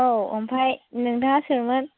औ ओमफ्राय नोंथाङा सोरमोन